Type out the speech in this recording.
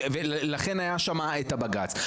לכן היה שם את הבג"צ.